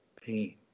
pain